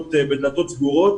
בדלתות סגורות.